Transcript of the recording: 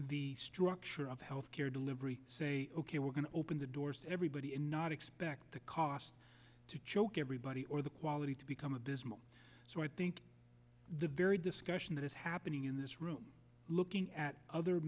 the structure of health care delivery say ok we're going to open the doors to everybody in not expect the cost to choke everybody or the quality to become a dismal so i think the very discussion that is happening in this room looking at other